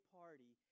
party